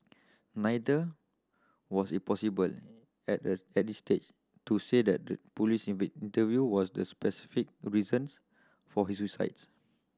neither was it possible at at this stage to say that the police interview was the specific reasons for his suicides